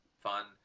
fun